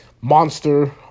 Monster